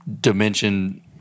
dimension